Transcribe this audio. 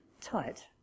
tight